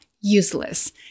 useless